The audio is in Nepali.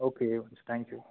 ओके हुन्छ थ्याङ्क्यु